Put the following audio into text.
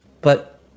But